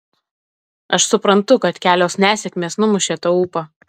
aš suprantu kad kelios nesėkmės numušė tau ūpą